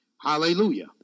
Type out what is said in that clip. Hallelujah